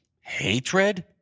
hatred